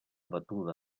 batuda